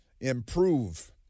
improve